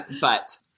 But-